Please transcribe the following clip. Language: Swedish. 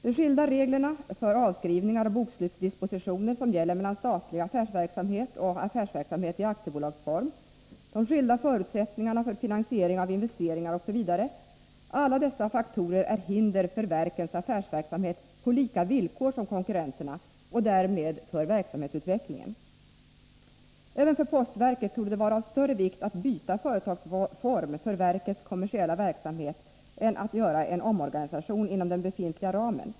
De regler för avskrivningar och bokslutsdispositioner som skiljer statlig affärsverksamhet från affärsverksamhet i aktiebolagsform, de skilda förutsättningarna för finansiering av investeringar osv. — alla dessa faktorer är hinder för verkens affärsverksamhet på samma villkor som konkurrenterna och därmed för verksamhetsutvecklingen. Även för postverket torde det vara av större vikt att byta företagsform för verkets kommersiella verksamhet än att göra en omorganisation inom den befintliga ramen.